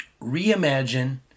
reimagine